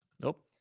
Nope